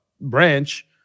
branch